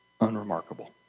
unremarkable